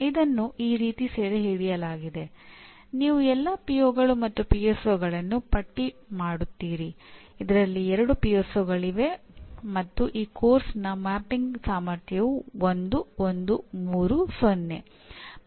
ಇದನ್ನು ಈ ರೀತಿ ಸೆರೆಹಿಡಿಯಲಾಗಿದೆ